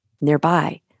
nearby